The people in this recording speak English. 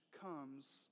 comes